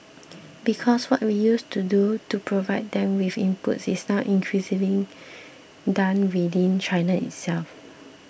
because what we used to do to provide them with inputs is now increasingly done within China itself